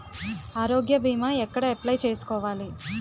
ఆరోగ్య భీమా ఎక్కడ అప్లయ్ చేసుకోవాలి?